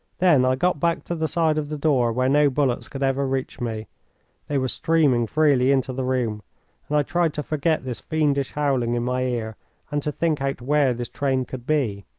then i got back to the side of the door where no bullets could ever reach me they were streaming freely into the room and i tried to forget this fiendish howling in my ear and to think out where this train could be.